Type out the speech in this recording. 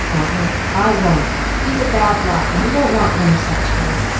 bluntly, i won't. he's a bad lot, and we don't want any such here.